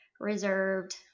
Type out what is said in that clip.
Reserved